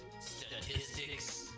Statistics